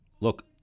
look